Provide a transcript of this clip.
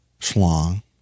Schlong